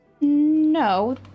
No